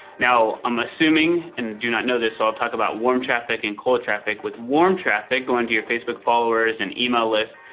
now, i'm assuming and do not know this so i'll talk about warm traffic and cold traffic. with warm traffic going to your facebook followers an email list,